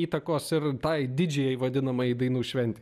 įtakos ir tai didžiajai vadinamajai dainų šventei